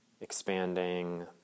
expanding